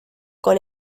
con